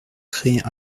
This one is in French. créer